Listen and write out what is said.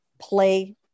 play